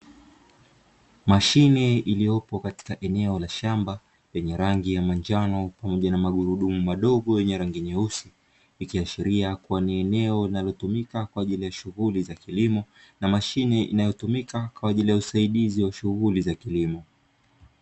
Mashine iliyopo katika eneo la shamba, iliyomo na rangi ya manjano pamoja na magurudumu madogo yenye rangi nyeusi, ikiashiria kuwa ni eneo linalotumika kwa ajili ya shughuli za kilimo na mashine inayotumika kwa ajili ya usaidizi wa kilimo.